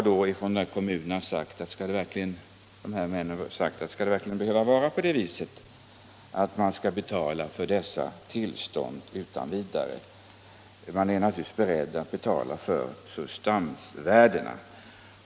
Därför undrar dessa kommunalmän om man verkligen utan vidare skall behöva betala för dessa tillstånd. Man är naturligtvis beredd att betala för substansvärdena.